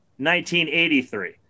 1983